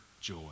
joy